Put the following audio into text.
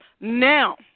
now